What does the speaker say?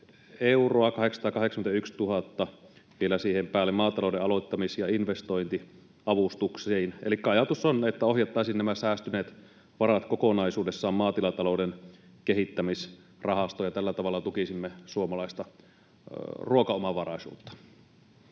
— ja 881 000 vielä siihen päälle — maatalouden aloittamis- ja investointiavustuksiin. Elikkä ajatus on, että ohjattaisiin nämä säästyneet varat kokonaisuudessaan Maatilatalouden Kehittämisrahastoon ja tällä tavalla tukisimme suomalaista ruokaomavaraisuutta.